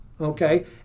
Okay